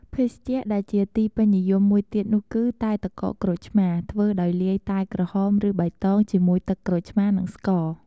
ភេសជ្ជៈដែលជាទីពេញនិយមមួយទៀតនោះគឺ តែទឹកកកក្រូចឆ្មា ធ្វើដោយលាយតែក្រហម ឬ បៃតង ជាមួយទឹកក្រូចឆ្មា និងស្ករ។